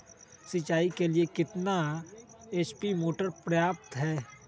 सिंचाई के लिए कितना एच.पी मोटर पर्याप्त है?